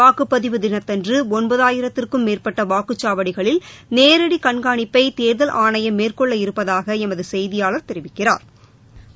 வாக்குப்பதிவு தினத்தன்று ஆயிரத்திற்கும் மேற்பட்ட வாக்குச்சாவடிகளில் நேரடி கண்காணிப்பை தேர்தல் ஆணையம் மேற்கொள்ள இருப்பதாக எமது செய்தியாளா் தெரிவிக்கிறாா்